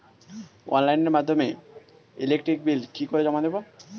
অনলাইনের মাধ্যমে electric bill কি করে জমা দেবো?